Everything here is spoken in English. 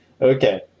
Okay